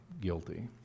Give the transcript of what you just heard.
guilty